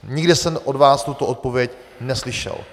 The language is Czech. Nikde jsem od vás tuto odpověď neslyšel.